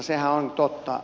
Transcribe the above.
sehän on totta